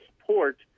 support